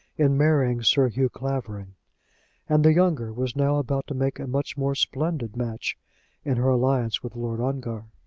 in marrying sir hugh clavering and the younger was now about to make a much more splendid match in her alliance with lord ongar.